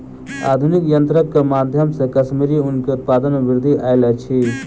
आधुनिक यंत्रक माध्यम से कश्मीरी ऊन के उत्पादन में वृद्धि आयल अछि